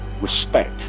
respect